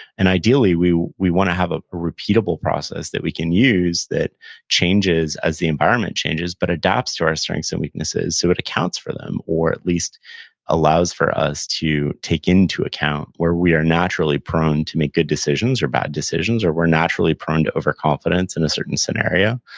and ideally, we we want to have ah a repeatable process that we can use that changes as the environment changes, but adapts to our strengths and weaknesses so it accounts for them or at least allows for us to take into account where we are naturally prone to make good decisions or bad decisions or we're naturally prone to overconfidence in a certain scenario,